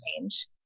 change